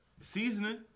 Seasoning